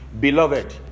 Beloved